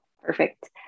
Perfect